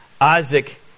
Isaac